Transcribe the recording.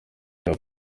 cya